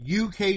UK